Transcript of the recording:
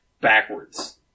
backwards